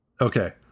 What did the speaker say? Okay